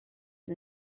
and